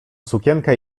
sukienkę